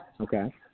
okay